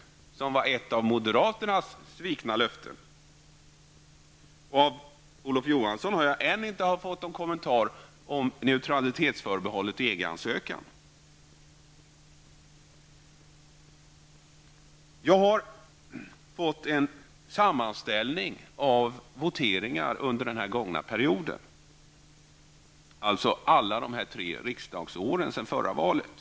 Där har vi ett exempel på löften som moderaterna har svikit. Vidare har jag ännu inte fått någon kommentar från Jag har en sammanställning av voteringar som förekommit under den gångna mandatperioden. Det gäller alltså samtliga tre år som har gått efter förra valet.